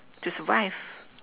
to survive